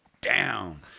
down